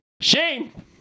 Shane